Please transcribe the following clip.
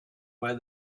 where